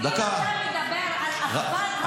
אם אתה מדבר על אחוות המדוכאים בין המזרחים לערבים,